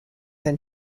and